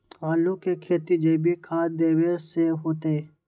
आलु के खेती जैविक खाध देवे से होतई?